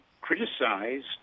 criticized